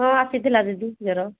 ହଁ ଆସିଥିଲା ଦିଦି ଜର